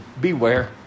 Beware